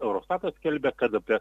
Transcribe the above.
eurostatas skelbia kad apie